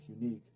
unique